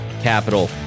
capital